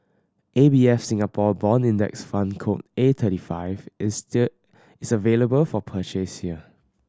A B Singapore Bond Index Fund code A thirty five is still available for purchase here